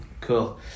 Cool